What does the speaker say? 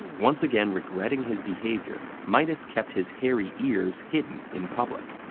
once again regretting his behavior, midas kept his hairy ears hidden in public.